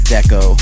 Deco